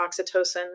oxytocin